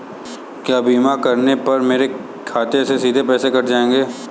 क्या बीमा करने पर मेरे खाते से सीधे पैसे कट जाएंगे?